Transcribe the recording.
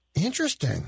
Interesting